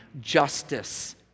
justice